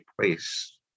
place